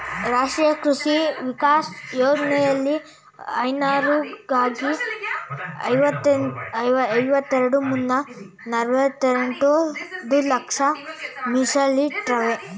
ರಾಷ್ಟ್ರೀಯ ಕೃಷಿ ವಿಕಾಸ ಯೋಜ್ನೆಲಿ ಹೈನುಗಾರರಿಗೆ ಐವತ್ತೆರೆಡ್ ಮುನ್ನೂರ್ನಲವತ್ತೈದು ಲಕ್ಷ ಮೀಸಲಿಟ್ಟವ್ರೆ